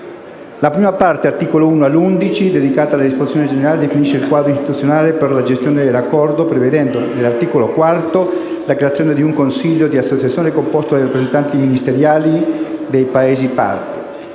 La prima parte (articoli da 1 a 11), dedicata alle disposizioni generali, definisce il quadro istituzionale per la gestione dell'Accordo, prevedendo (articolo 4) la creazione di un Consiglio di associazione, composto dai rappresentanti ministeriali dei Paesi parte.